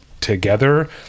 together